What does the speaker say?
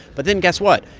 but then guess what.